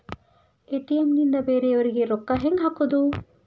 ATM ನಿಂದ ಬೇರೆಯವರಿಗೆ ರೊಕ್ಕ ಹೆಂಗ್ ಹಾಕೋದು?